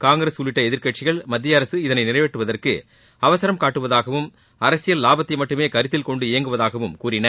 காங்கிரஸ் உள்ளிட்ட எதிர்க்கட்சிகள் மத்திய அரசு இதனை நிறைவேற்றுவதற்கு அவசரம் காட்டுவதாகவும் அரசியல் லாபத்தை மட்டுமே கருத்தில்கொண்டு இயங்குவதாகவும் கூறின